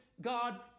God